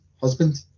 husband